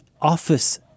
office